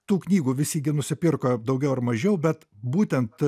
tų knygų visi gi nusipirko daugiau ar mažiau bet būtent